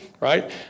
right